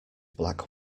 black